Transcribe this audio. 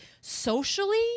socially